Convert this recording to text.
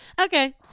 Okay